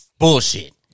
Bullshit